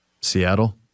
Seattle